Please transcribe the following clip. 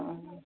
অঁ